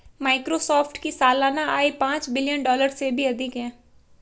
Microsoft की सालाना आय पांच बिलियन डॉलर से भी अधिक है